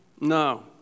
No